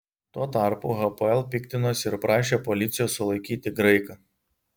tuo tarpu hapoel piktinosi ir prašė policijos sulaikyti graiką